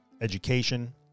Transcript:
education